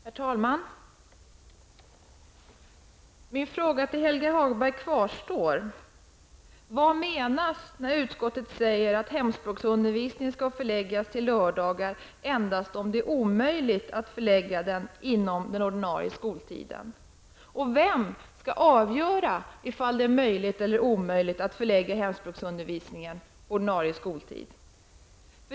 Herr talman! Min fråga till Helge Hagberg kvarstår. Vad menas när utskottet säger att hemspråksundervisningen skall förläggas till lördagar endast om det är omöjligt att förlägga den inom den ordinarie skoltiden? Vem skall avgöra om det är möjligt eller omöjligt att förlägga hemspråksundervisningen till ordinarie skoltid?